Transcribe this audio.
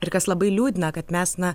ir kas labai liūdina kad mes na